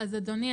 אדוני,